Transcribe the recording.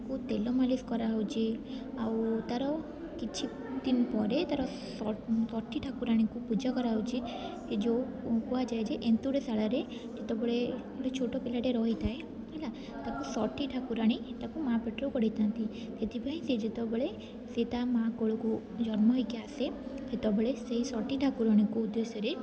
ତାକୁ ତେଲ ମାଲିସ୍ କରାହେଉଛି ଆଉ ତା'ର କିଛି ଦିନ ପରେ ତା'ର ଷଠୀ ଠାକୁରାଣୀଙ୍କୁ ପୂଜା କରାହେଉଛି ଏ ଯେଉଁ କୁହାଯାଏ ଯେ ଏନ୍ତୁଡ଼ି ଶାଳରେ ଯେତେବେଳେ ଗୋଟେ ଛୋଟ ପିଲାଟେ ରହିଥାଏ ହେଲା ତାକୁ ଷଠୀ ଠାକୁରାଣୀ ତାକୁ ମାଆ ପେଟରୁ କଢ଼େଇଥାଆନ୍ତି ସେଥିପାଇଁ ସିଏ ଯେତେବେଳେ ସେ ତା ମାଆ କୋଳକୁ ଜନ୍ମ ହୋଇକି ଆସେ ସେତେବେଳେ ସେଇ ଷଠୀ ଠାକୁରାଣୀଙ୍କୁ ଉଦେଶ୍ୟରେ